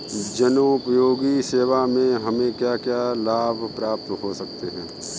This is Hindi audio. जनोपयोगी सेवा से हमें क्या क्या लाभ प्राप्त हो सकते हैं?